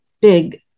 big